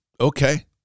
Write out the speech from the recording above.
okay